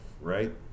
Right